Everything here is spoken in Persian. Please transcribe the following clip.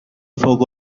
فوق